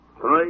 three